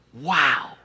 Wow